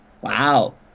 wow